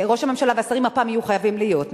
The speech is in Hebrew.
ראש הממשלה והשרים הפעם יהיו חייבים להיות,